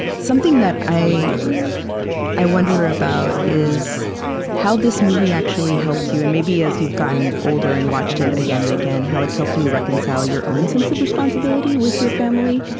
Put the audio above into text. something that i i wonder about is how this movie actually helped you and maybe, as you've gotten older and watched it again and again, how it's helped you to reconcile your own sense of responsibility with your family.